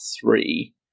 three